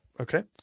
okay